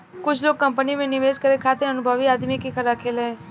कुछ लोग कंपनी में निवेश करे खातिर अनुभवी आदमी के राखेले